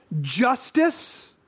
justice